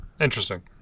interesting